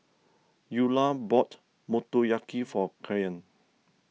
Eula bought Motoyaki for Kyan